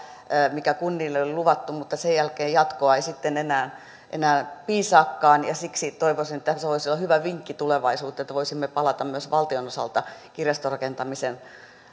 mikä kunnille oli luvattu mutta sen jälkeen jatkoa ei sitten enää enää piisaakaan ja siksi toivoisin ja tässä voisi olla hyvä vinkki tulevaisuuteen että voisimme palata myös valtion osalta kirjastorakentamisen